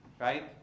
right